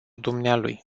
dumnealui